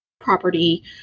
property